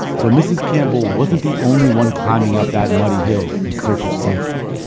so mrs. campbell wasn't the only one climbing up that muddy hill in search of safety